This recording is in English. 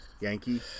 Yankee